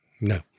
no